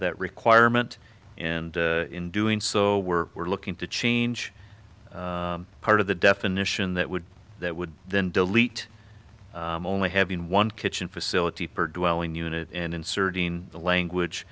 that requirement and in doing so we're we're looking to change part of the definition that would that would then delete only having one kitchen facility for dwelling unit and inserting a language